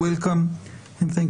ועדת